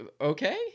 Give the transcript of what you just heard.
okay